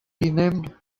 renamed